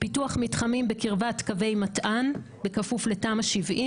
פיתוח מתחמים בקרבת קווי מתע"ן בכפוף לתמ"א 70,